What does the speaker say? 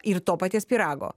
ir to paties pyrago